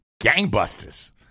Gangbusters